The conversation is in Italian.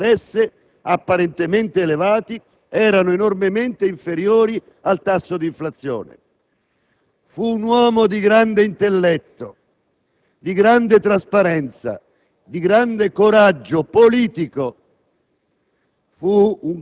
Stato. I tassi di interesse, infatti, apparentemente elevati erano enormemente inferiori al tasso di inflazione. Fu un uomo di grande intelletto, di grande trasparenza, di grande coraggio politico,